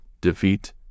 defeat